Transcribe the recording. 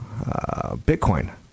Bitcoin